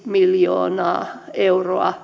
miljoonaa euroa